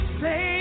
say